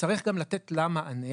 וצריך גם לתת לה מענה.